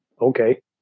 okay